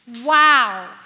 Wow